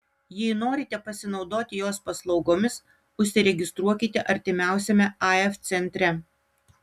jei norite pasinaudoti jos paslaugomis užsiregistruokite artimiausiame af centre